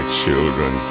children